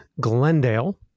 Glendale